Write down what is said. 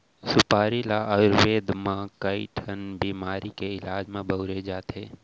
सुपारी ल आयुरबेद म कइ ठन बेमारी के इलाज बर बउरे जाथे